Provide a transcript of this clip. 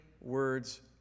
words